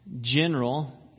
general